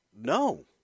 no